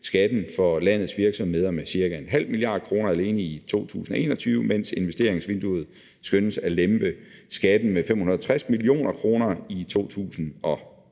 skatten for landets virksomheder med ca. 0,5 mia. kr. alene i 2021, mens investeringsvinduet skønnes at lempe skatten med 560 mio. kr. i 2021.